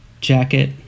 jacket